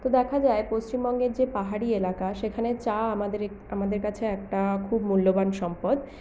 তো দেখা যায় পশ্চিমবঙ্গের যে পাহাড়ি এলাকা সেখানে চা আমাদের এক আমাদের কাছে একটা খুব মূল্যবান সম্পদ